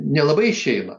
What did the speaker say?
nelabai išeina